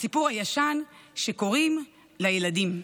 הסיפור הישן שקוראים לילדים.